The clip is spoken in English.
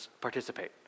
participate